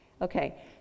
Okay